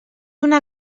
una